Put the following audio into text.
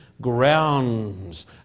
grounds